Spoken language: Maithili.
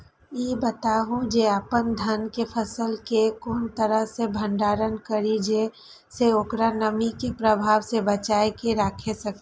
ई बताऊ जे अपन धान के फसल केय कोन तरह सं भंडारण करि जेय सं ओकरा नमी के प्रभाव सं बचा कय राखि सकी?